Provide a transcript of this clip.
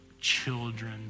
children